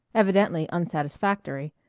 evidently unsatisfactory,